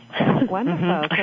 Wonderful